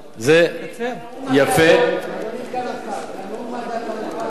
אדוני סגן השר, את הנאום הזה אתה יכול לתת